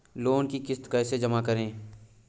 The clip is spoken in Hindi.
लोन की किश्त कैसे जमा करें?